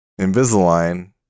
Invisalign